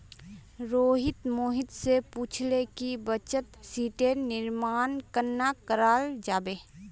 रोहित मोहित स पूछले कि बचत शीटेर निर्माण कन्ना कराल जाबे